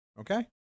okay